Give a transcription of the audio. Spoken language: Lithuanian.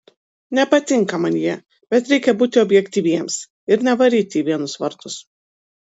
nepatinka man jie bet reikia būti objektyviems ir nevaryti į vienus vartus